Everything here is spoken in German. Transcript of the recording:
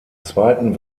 zweiten